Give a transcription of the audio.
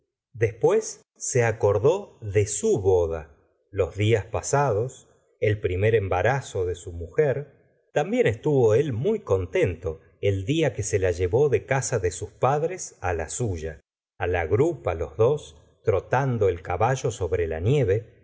después se acordé de su boda los días la señora de bovary pasados el primer embarazo de su mujer también estuvo él muy contento el día que se la llevó de casa de sus padres la suya la grupa los dos trotando el caballo sobre la nieve